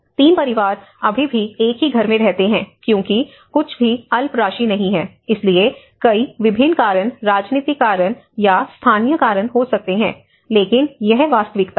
तीन परिवार अभी भी एक ही घर में रहते हैं क्योंकि कुछ भी अल्प राशि नहीं है इसलिए कई विभिन्न कारण राजनीतिक कारण या स्थानीय कारण हो सकते हैं लेकिन यह वास्तविकता है